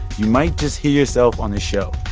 you might just hear yourself on this show.